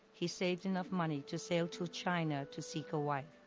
he saved enough money to sail to china to seek a wife.